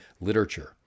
literature